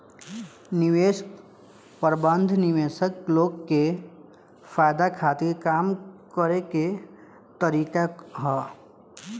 निवेश प्रबंधन निवेशक लोग के फायदा खातिर काम करे के तरीका ह